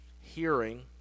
hearing